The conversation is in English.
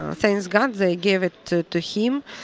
ah thank god, they gave it to to him.